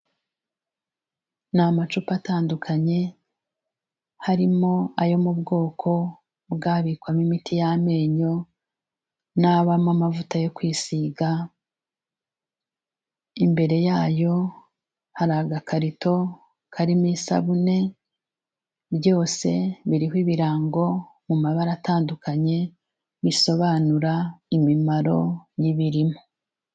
Ni amacupa atandukanye harimo ayo mu bwoko bw'abikwamo imiti y'amenyo, n'abamo amavuta yo kwisiga, imbere yayo hari agakarito karimo isabune, byose biriho ibirango mu mabara atandukanye bisobanura imimaro y'ibirimo.